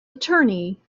attorney